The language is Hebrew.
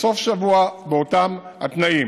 בסוף שבוע, באותם התנאים.